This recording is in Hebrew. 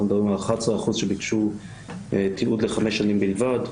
אנחנו מדברים על 11% שביקשו תיעוד לחמש שנים בלבד.